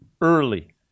early